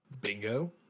Bingo